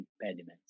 impediments